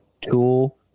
tool